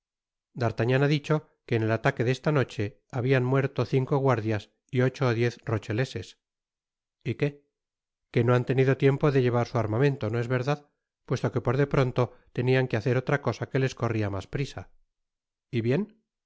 d'artagnan ha dicho que en el ataque de esta noche habian muerto cinco guardias y ocho ó diez rocheleses y qué que no han tenido tiempo de llevar su armamento no es verdad puesto que por de pronto tenian que hacer otra cosa que ies corria mas prisa y bien